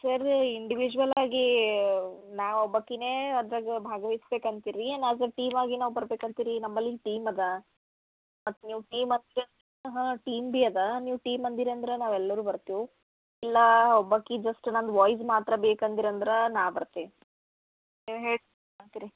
sir ಇಂಡಿವಿಜುವಲಾಗೀ ನಾ ಒಬ್ಬಾಕಿನೇ ಅದ್ರಾಗ ಭಾಗವಹಿಸ್ಬೇಕು ಅಂತಿರಿ ಏನು ಅದು ಟೀಮಾಗ ಇನೊಬ್ರು ಬೇಕು ಅಂತಿರಿ ನಂಬಲ್ಲಿಂದ ಟೀಮ್ ಅದ ಮತ್ತೆ ನೀವು ಟೀಮ್ ಹ ಟೀಮ್ ಬಿ ಅದ ನೀವು ಟೀಮ್ ಅಂದಿರಿ ಅಂದ್ರ ನಾವು ಎಲ್ಲರು ಬರ್ತೆವು ಇಲ್ಲಾ ಒಬ್ಬಾಕಿ ಜಸ್ಟ್ ನಂದು ವೈಝ್ ಮಾತ್ರ ಬೇಕು ಅಂದಿರ ಅಂದ್ರಾ ನಾ ಬರ್ತಿನಿ ಅಂತಿರಿ